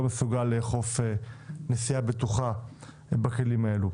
מסוגל לאכוף נסיעה בטוחה בכלים האלו.